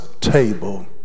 table